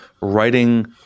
writing